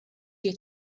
you